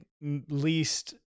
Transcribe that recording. least